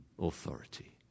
authority